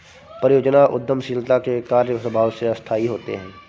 परियोजना उद्यमशीलता के कार्य स्वभाव से अस्थायी होते हैं